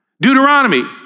Deuteronomy